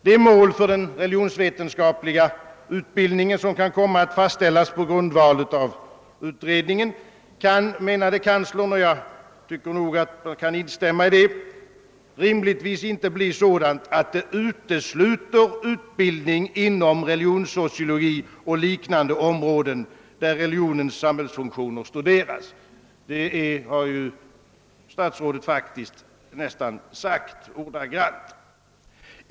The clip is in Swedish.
Det mål för den religionsvetenskapliga utbildningen som kan komma att fastställas på grundval av utredningen kan, menade kanslern — och jag tycker att man kan instämma i det — rimligtvis inte bli sådant, att det utesluter utbildning inom religionssociologin och liknande områden där religionens samhällsfunktioner studeras. Det är nästan ordagrant vad statsrådet har sagt.